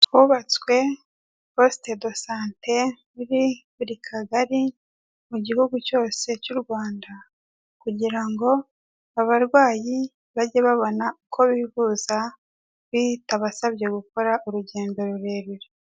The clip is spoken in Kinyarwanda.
Hubatswe posite dosante, muri buri kagari, mu gihugu cyose cy'u Rwanda. Kugira ngo abarwayi bajye babona uko bivuza, bitabasabye gukora urugendo rurerure.